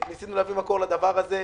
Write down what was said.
ניסינו להביא מקור לדבר הזה.